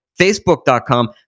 facebook.com